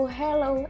hello